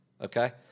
okay